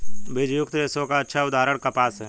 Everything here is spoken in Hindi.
बीजयुक्त रेशे का अच्छा उदाहरण कपास है